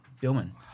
billman